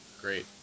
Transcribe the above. Great